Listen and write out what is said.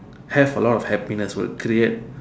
have a lot of happiness will create